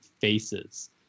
faces